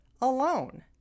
alone